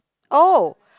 oh